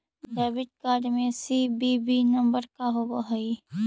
Debit card में CVV number का होव हइ?